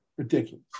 Ridiculous